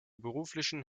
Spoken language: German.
beruflichen